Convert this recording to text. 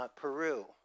Peru